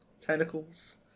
Tentacles